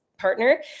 partner